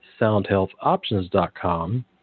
soundhealthoptions.com